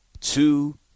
two